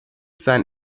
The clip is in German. sein